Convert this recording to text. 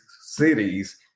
cities